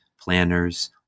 planners